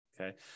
Okay